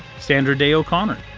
sandra day o'connor.